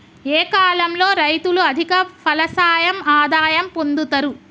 ఏ కాలం లో రైతులు అధిక ఫలసాయం ఆదాయం పొందుతరు?